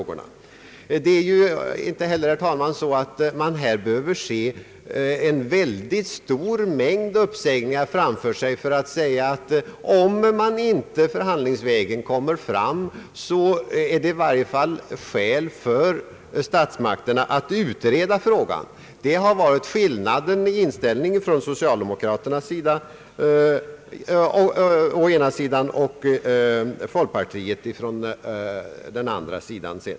Man behöver inte heller, herr talman, se en väldigt stor mängd uppsägningar framför sig för att konstatera att om inte resultat nås förhandlingsvägen är det i varje fall skäl för statsmakterna att utreda frågan. Detta har varit skillnaden i inställning från socialdemokraternas respektive folkpartiets sida.